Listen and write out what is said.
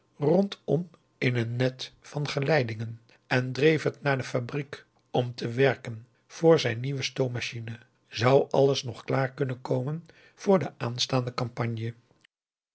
rondom in een net van geleidingen en dreef het naar de fabriek om te werken voor zijn nieuwe stoommachine zou alles nog klaar kunnen komen voor de aanstaande campagne